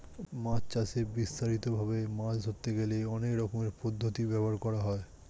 মাছ চাষে বিস্তারিত ভাবে মাছ ধরতে গেলে অনেক রকমের পদ্ধতি ব্যবহার করা হয়